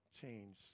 change